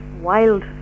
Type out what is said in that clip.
wild